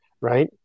Right